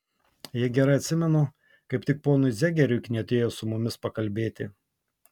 jei gerai atsimenu kaip tik ponui zegeriui knietėjo su mumis pakalbėti